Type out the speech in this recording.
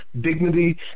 dignity